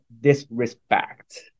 disrespect